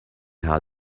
how